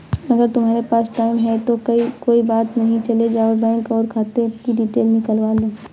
अगर तुम्हारे पास टाइम है तो कोई बात नहीं चले जाओ बैंक और खाते कि डिटेल निकलवा लो